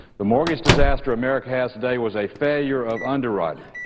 the mortgage disaster america has today was a failure of underwriting.